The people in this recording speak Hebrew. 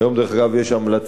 היום, דרך אגב, יש המלצה